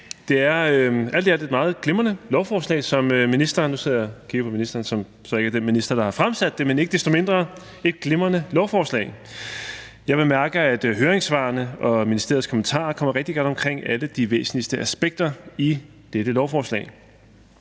desto mindre er det et glimrende lovforslag. Jeg bemærker, at høringssvarene og ministeriets kommentarer kommer rigtig godt omkring alle de væsentligste aspekter i dette lovforslag.